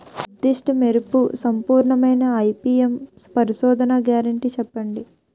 నిర్దిష్ట మెరుపు సంపూర్ణమైన ఐ.పీ.ఎం పరిశోధన గ్యారంటీ చెప్పండి?